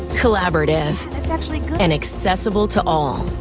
collaborative. that's actually good. and accessible to all,